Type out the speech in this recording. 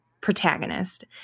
protagonist